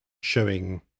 showing